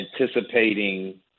anticipating